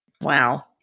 Wow